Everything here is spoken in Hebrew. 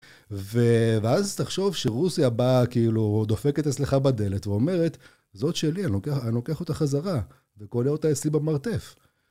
ואז תחשוב שרוסיה באה כאילו דופקת אצלך בדלת ואומרת זאת שלי אני לוקח אותה חזרה וכולא אותה אצלי במרתף